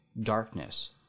darkness